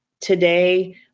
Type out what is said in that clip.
today